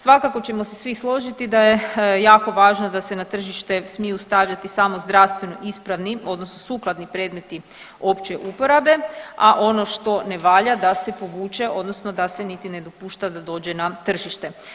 Svakako ćemo se svi složiti da je jako važno da se na tržište smiju stavljati samo zdravstveno ispravni odnosno sukladni predmetni opće uporabe, a ono što ne valja da se povuče odnosno da se niti ne dopušta da dođe na tržište.